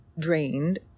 drained